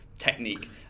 Technique